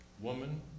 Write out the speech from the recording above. woman